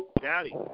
Daddy